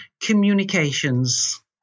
communications